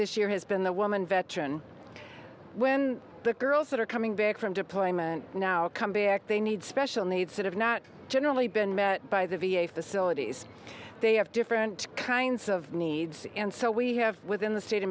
this year has been the woman veteran when the girls that are coming back from deployment now come back they need special needs that have not generally been met by the v a facilities they have different kinds of needs and so we have within the state of